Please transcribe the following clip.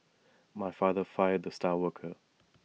my father fired the star worker